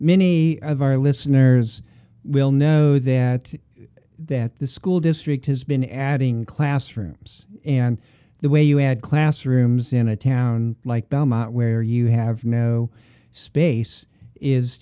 many of our listeners will know that that the school district has been adding classrooms and the way you add classrooms in a town like belmont where you have no space is